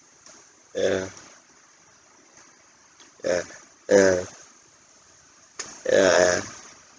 ya ya ya ya ya